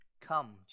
Come